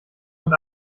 und